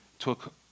took